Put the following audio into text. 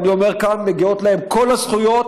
ואני אומר כאן: מגיעות להם כל הזכויות.